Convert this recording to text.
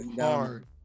hard